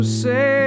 say